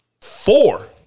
four